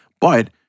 but-